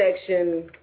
Section